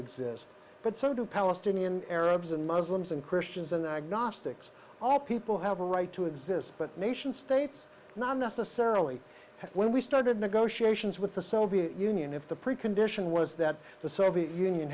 exist but so do palestinian arabs and muslims and christians and their agnostics all people have a right to exist but nation states not necessarily when we started negotiations with the soviet union if the precondition was that the soviet union